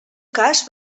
cas